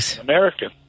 American